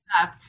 up